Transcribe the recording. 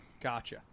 Gotcha